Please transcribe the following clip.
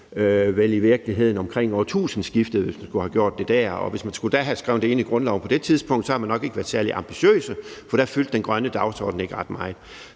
i virkeligheden omkring årtusindskiftet, hvis man skulle have gjort det dér. Hvis man havde skrevet det ind i grundloven på det tidspunkt, havde man nok ikke være særlig ambitiøse, for der fyldte den grønne dagsorden ikke ret meget.